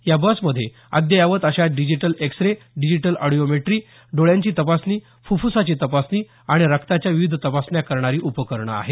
या बसमध्ये अद्ययावत अशा digital X ray digital audiometry डोळ्यांची तपासणी फुफ्फुसाची तपासणी आणि रक्ताच्या विविध तपासण्या करणारी उपकरणं आहेत